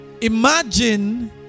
imagine